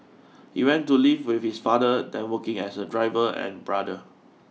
he went to live with his father then working as a driver and brother